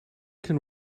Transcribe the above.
can